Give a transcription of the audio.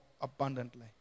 abundantly